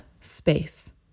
space